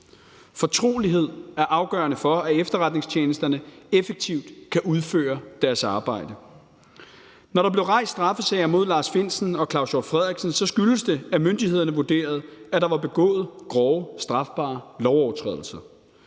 Fortrolighed er afgørende for, at efterretningstjenesterne effektivt kan udføre deres arbejde. Når der blev rejst straffesager mod Lars Findsen og Claus Hjort Frederiksen, skyldes det, at myndighederne vurderede, at der var begået grove, strafbare lovovertrædelser.